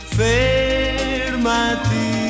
fermati